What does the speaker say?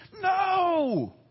No